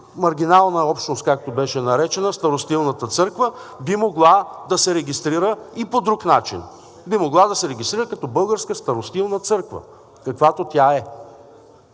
маргинална общност, както беше наречена Старостилната църква, тя би могла да се регистрира и по друг начин, би могла да се регистрира и като Българска старостилна църква, каквато тя е,